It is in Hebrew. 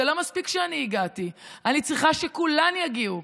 זה לא מספיק שאני הגעתי, אני צריכה שכולן יגיעו.